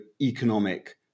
economic